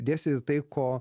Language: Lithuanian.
dėstyti tai ko